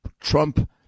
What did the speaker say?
Trump